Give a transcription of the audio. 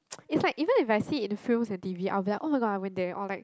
it's like even if I see it in films and T_V I'm be like [oh]-my-god I went there or like